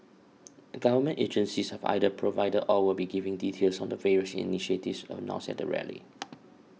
government agencies have either provided or will be giving details on the various initiatives announced at the rally